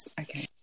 Okay